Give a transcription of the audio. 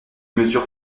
mesures